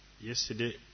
Yesterday